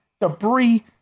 Debris